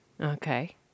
Okay